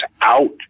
out